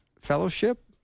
fellowship